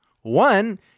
one